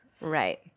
Right